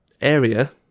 area